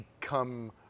come